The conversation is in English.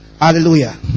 Hallelujah